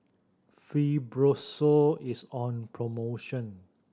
Fibrosol is on promotion